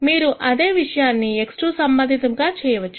మీరు అదే విషయాన్ని x2 సంబంధితముగా చేయవచ్చు